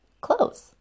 clothes